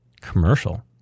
commercial